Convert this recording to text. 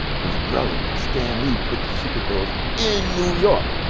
was brilliant, cause stan lee put the super heroes in new york.